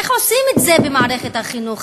איך עושים את זה במערכת החינוך,